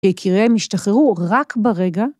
יקיריהם ישתחררו רק ברגע...